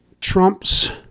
Trump's